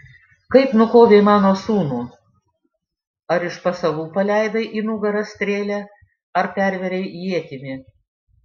kaip nukovei mano sūnų ar iš pasalų paleidai į nugarą strėlę ar pervėrei ietimi